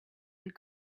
and